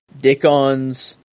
Dickon's